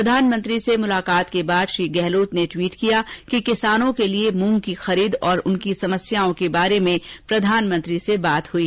प्रधानमंत्री से मुलाकात के बाद श्री गहलोत ने ट्वीट किया कि किसानों के लिए मूंग की खरीद और उनकी समस्याओं के बारे में बात हई